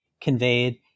conveyed